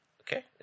okay